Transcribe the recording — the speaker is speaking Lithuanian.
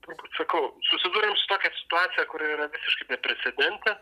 turbūt sakau susidūrėm su tokia situacija kuri yra visiškai beprecedentė